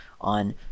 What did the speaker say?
on